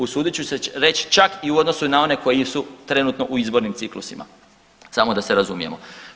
Usudit ću se reći čak i u odnosu na one koji su trenutno u izbornim ciklusima, samo da se razumijemo.